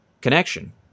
connection